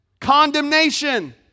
Condemnation